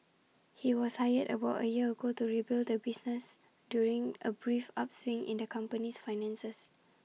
he was hired about A year ago to rebuild the business during A brief upswing in the company's finances